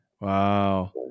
wow